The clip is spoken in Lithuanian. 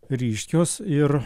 ryškios ir